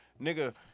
nigga